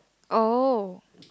oh